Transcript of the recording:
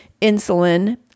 insulin